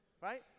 right